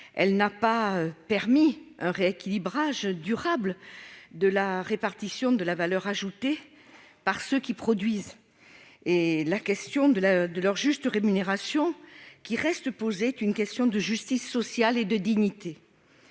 Elle n'a pas davantage permis un rééquilibrage durable de la répartition de la valeur ajoutée par ceux qui produisent. La question de leur juste rémunération, qui reste posée, est une question de justice sociale et de dignité.